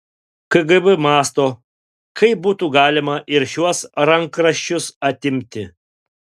kgb mąsto kaip būtų galima ir šiuos rankraščius atimti